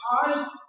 cause